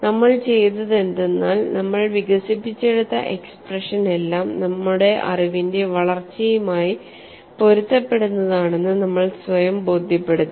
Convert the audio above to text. നമ്മൾ ചെയ്തതെന്തെന്നാൽ നമ്മൾ വികസിപ്പിച്ചെടുത്ത എക്സ്പ്രഷൻ എല്ലാം നമ്മുടെ അറിവിന്റെ വളർച്ചയുമായി പൊരുത്തപ്പെടുന്നതാണെന്ന് നമ്മൾ സ്വയം ബോധ്യപ്പെടുത്തി